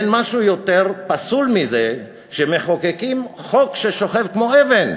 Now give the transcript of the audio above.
אין משהו יותר פסול מזה שמחוקקים חוק ששוכב כמו אבן.